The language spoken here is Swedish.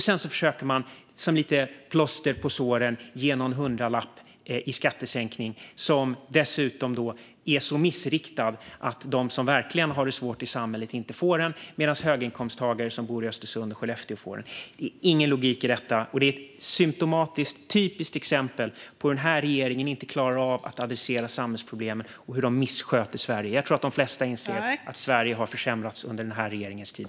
Sedan försöker man som lite plåster på såren ge någon hundralapp i skattesänkning, som dessutom är så missriktad att de som verkligen har det svårt i samhället inte får den, medan höginkomsttagare som bor i Östersund och Skellefteå får den. Det finns ingen logik i detta. Det är ett symtomatiskt och typiskt exempel på att den här regeringen inte klarar av att adressera samhällsproblemen och hur den missköter Sverige. Jag tror att de flesta inser att Sverige har försämrats under den här regeringens tid.